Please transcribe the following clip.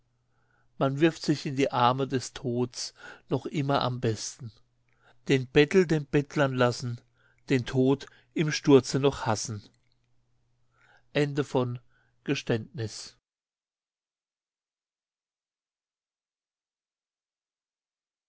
man wirft sich in die arme des tods noch immer am besten den bettel den bettlern lassen den tod im sturze noch hassen